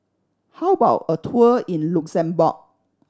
how about a tour in Luxembourg